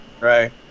Right